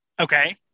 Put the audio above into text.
Okay